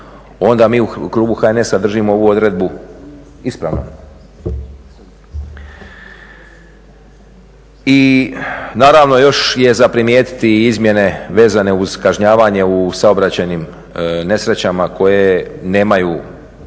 onda mi u klubu HNS-a držimo ovu odredbu ispravnom. I naravno još je za primijetiti i izmjene vezane uz kažnjavanje u saobraćajnim nesrećama koje nemaju